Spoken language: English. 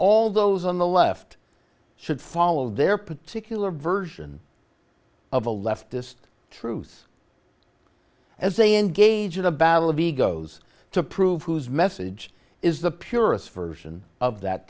all those on the left should follow their particular version of a leftist truth as they engage in a battle of egos to prove whose message is the purest version of that